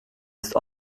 ist